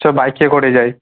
চ বাইকে করে যাই